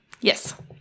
Yes